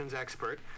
expert